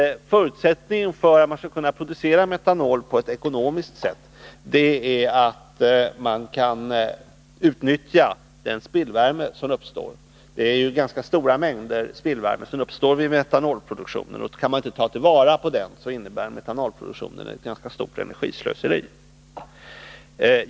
Förutsättningen för att man skall kunna producera metanol på ett ekonomiskt sätt är att man kan utnyttja den spillvärme som uppstår. Det är ju ganska stora mängder spillvärme som uppstår vid metanolproduktionen. Kan man inte ta vara på den innebär metanolproduktionen ett ganska stort energislöseri.